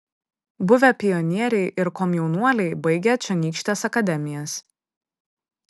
buvę pionieriai ir komjaunuoliai baigę čionykštes akademijas